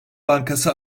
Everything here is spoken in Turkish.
bankası